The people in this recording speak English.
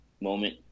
moment